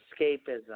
escapism